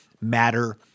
matter